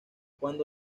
cuando